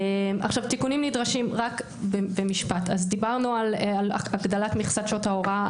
תיקונים נדרשים במשפט: דיברנו על הגדלת מכסת שעות ההוראה,